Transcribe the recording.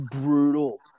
brutal